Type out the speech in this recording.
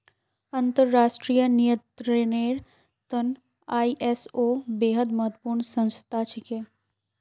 अंतर्राष्ट्रीय नियंत्रनेर त न आई.एस.ओ बेहद महत्वपूर्ण संस्था छिके